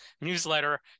newsletter